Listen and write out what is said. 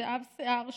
זהוב שיער ושובב,